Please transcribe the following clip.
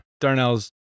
darnell's